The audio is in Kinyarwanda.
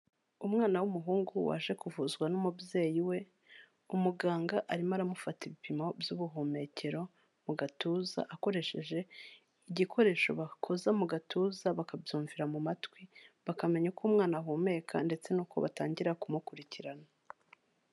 Umwana w'umuhungu waje kuvuzwa n'umubyeyi we, umuganga arimo aramufata ibipimo by'ubuhumekero mu gatuza akoresheje igikoresho bakoza mu gatuza bakabyumvira mu matwi, bakamenya uko umwana ahumeka ndetse n'uko batangira kumukurikirana.